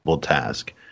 task